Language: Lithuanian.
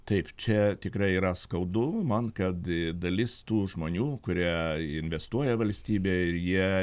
taip čia tikrai yra skaudu man kad dalis tų žmonių kurie investuoja valstybė ir jie